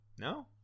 No